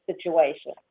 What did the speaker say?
situation